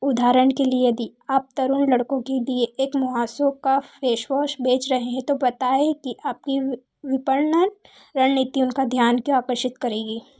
उदाहरण के लिए यदि आप तरुण लड़कों के लिए एक मुँहासों का फेश वॉश बेच रहे हैं तो बताएँ कि आपकी विपणन रणनीति उनका ध्यान क्यों आकर्षित करेगी